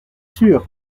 sûr